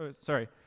Sorry